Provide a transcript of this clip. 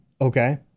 Okay